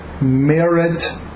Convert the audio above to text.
merit